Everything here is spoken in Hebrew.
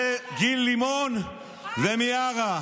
זה גיל לימון ומיארה.